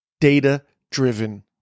data-driven